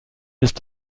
ist